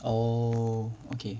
oh okay